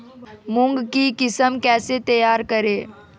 मूंग की किस्म कैसे तैयार करें?